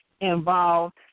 involved